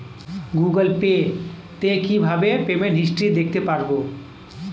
Google Pay তে কিভাবে payment history দেখতে পারবো?